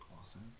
awesome